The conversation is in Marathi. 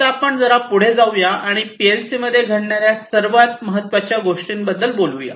आता आपण जरा पुढे जाऊया आणि पीएलसीमध्ये घडणार्या सर्वात महत्वाच्या गोष्टींबद्दल बोलू या